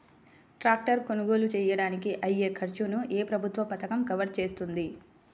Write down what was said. Tractor కొనుగోలు చేయడానికి అయ్యే ఖర్చును ఏ ప్రభుత్వ పథకం కవర్ చేస్తుంది?